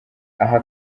aha